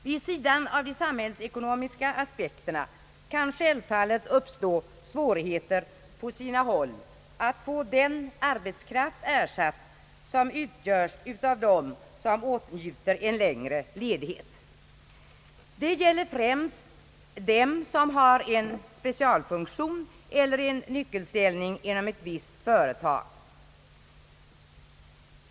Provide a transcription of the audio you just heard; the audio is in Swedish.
Vid sidan av de samhällsekonomiska aspekterna kan självfallet uppstå svårigheter på sina håll att få den arbetskraft ersatt som utgöres av dem som åtnjuter en längre ledighet. Det gäller främst dem som har en specialfunktion eller en nyckelställning inom ett visst företag.